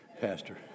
Pastor